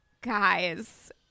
Guys